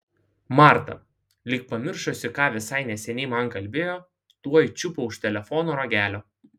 marta lyg pamiršusi ką visai neseniai man kalbėjo tuoj čiupo už telefono ragelio